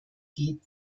geht